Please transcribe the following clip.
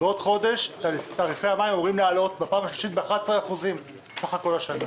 בעוד חודש תעריפי המים אמורים לעלות בפעם השלישית ב-11% סך הכול השנה.